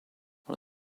for